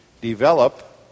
develop